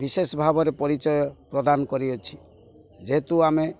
ବିଶେଷ ଭାବରେ ପରିଚୟ ପ୍ରଦାନ କରିଅଛି ଯେହେତୁ ଆମେ